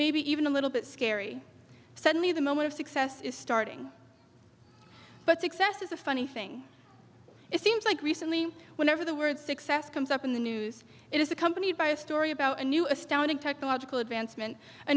maybe even a little bit scary suddenly the moment of success is starting but success is a funny thing it seems like recently whenever the word success comes up in the news it is accompanied by a story about a new astounding technological advancement a